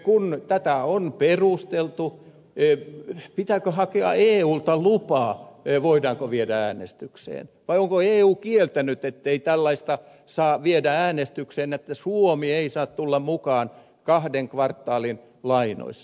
kun tätä on perusteltu pitääkö hakea eulta lupa voidaanko viedä äänestykseen vai onko eu kieltänyt ettei tällaista saa viedä äänestykseen että suomi ei saa tulla mukaan kahden kvartaalin lainoissa